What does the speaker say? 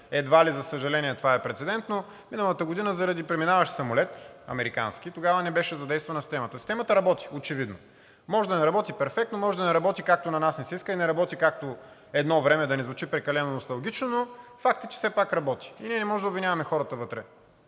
Едва ли, за съжаление, това е прецедент, но миналата година заради преминаващ американски самолет тогава не беше задействана системата. Системата очевидно работи. Може да не работи перфектно, може да не работи, както на нас ни се иска, и не работи както едно време, да не звучи прекалено носталгично, но факт е, че все пак работи и ние не може да обвиняваме хората вътре.